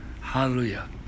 Hallelujah